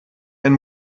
ein